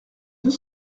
deux